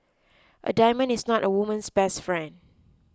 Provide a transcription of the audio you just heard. a diamond is not a woman's best friend